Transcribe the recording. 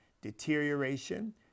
deterioration